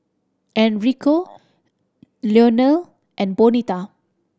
Enrico Leonel and Bonita